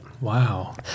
Wow